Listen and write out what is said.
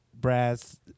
brass